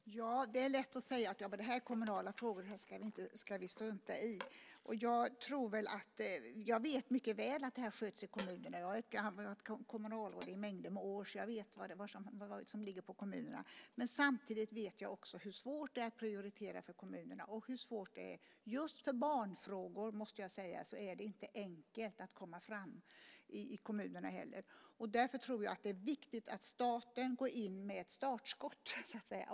Fru talman! Det är lätt att säga att detta är kommunala frågor och att vi ska strunta i det. Jag vet mycket väl att detta sköts i kommunerna. Jag har varit kommunalråd under många år, så jag vet vad som ligger på kommunerna. Men jag vet också hur svårt det är för kommunerna att prioritera. Och just när det gäller barnfrågor är det inte enkelt att komma fram i kommunerna heller. Därför tror jag att det är viktigt att staten går in med ett startskott så att säga.